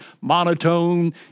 monotone